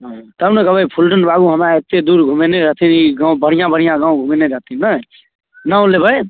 हुँ तब ने कहबै फुलटुन बाबू हमरा एतेक दूर घुमेने रहथिन ई गाम बढ़िआँ बढ़िआँ गाम घुमेने रहथिन नहि नाम लेबै